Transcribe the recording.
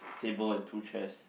table and two chairs